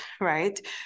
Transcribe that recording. right